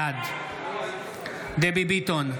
בעד דבי ביטון,